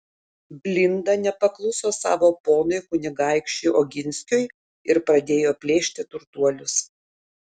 blinda nepakluso savo ponui kunigaikščiui oginskiui ir pradėjo plėšti turtuolius